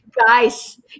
Guys